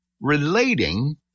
relating